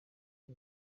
iyi